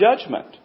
judgment